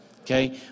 Okay